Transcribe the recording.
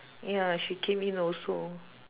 ya she came in also